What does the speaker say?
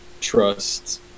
trust